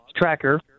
tracker